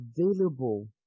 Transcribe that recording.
available